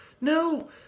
No